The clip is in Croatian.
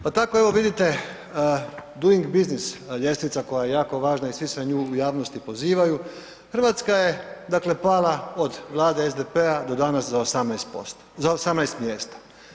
Pa tako evo, vidite, Doing Business ljestvica koja je jako važna i svi se na nju u javnosti pozivaju, Hrvatska je dakle, pala, od Vlade SDP-a do danas za 18%, za 18 mjesta.